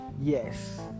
Yes